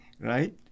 right